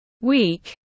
Week